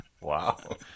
Wow